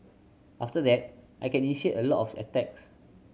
after that I can initiate a lot of attacks